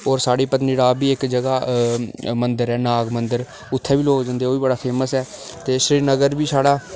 होर साढ़ै पतनीटाॅप बी इक जगह ऐ नाग मंदिर उत्थै बी लोक जंदे ओह् बी बड़ा फेमस